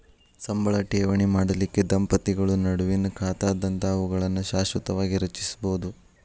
ಸಂಬಳ ಠೇವಣಿ ಮಾಡಲಿಕ್ಕೆ ದಂಪತಿಗಳ ನಡುವಿನ್ ಖಾತಾದಂತಾವುಗಳನ್ನ ಶಾಶ್ವತವಾಗಿ ರಚಿಸ್ಬೋದು